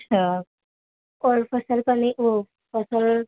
اچھا اور فصل کا نہیں وہ فصل